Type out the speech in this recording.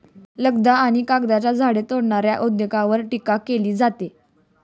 लगदा आणि कागदाच्या झाडे तोडण्याच्या उद्योगावर टीका केली जाते